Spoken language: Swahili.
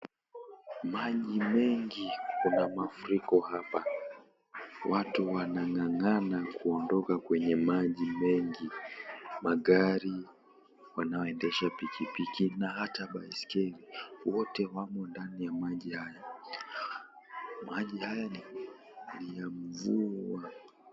Maji mengi, kuna mafuriko hapa, watu wanangangana kuondoka kwenye maji mengi, magari, wanaoendesha pikipiki na hata baisikeli wote wamo ndani ya maji haya , maji haya ni ya mvua.